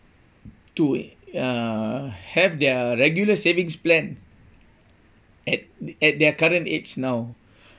to uh have their regular savings plan at at their current age now